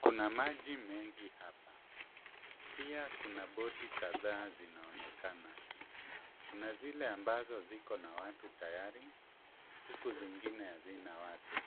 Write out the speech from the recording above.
Kuna maji mengi hapa. Pia kuna boti kadhaa zinaonekana. Kuna zile ambazo ziko na watu tayari huku zingine hazina watu.